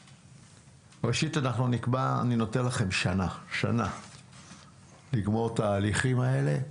ראשית, אני נותן לכם שנה לגמור את ההליכים האלה.